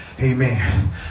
Amen